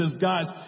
guys